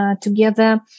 together